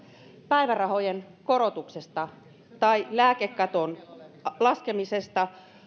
päivärahojen korotuksesta tai lääkekaton laskemisesta